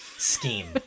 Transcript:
Scheme